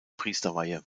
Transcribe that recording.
priesterweihe